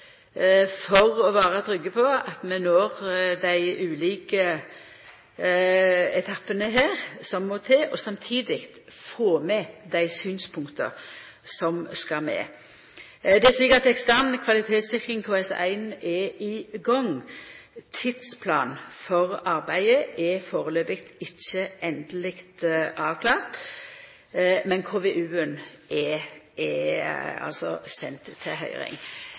for å vera trygge på at vi når dei ulike etappane som må til her, og på den andre sida får med dei synspunkta som skal med. Det er slik at ekstern kvalitetssikring, KS1, er i gang. Tidsplanen for arbeidet er foreløpig ikkje endeleg avklart, men KVU-en er send til høyring. Det er